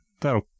that'll